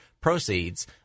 proceeds